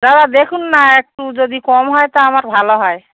দাদা দেখুন না একটু যদি কম হয় তা আমার ভালো হয়